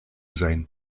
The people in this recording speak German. sein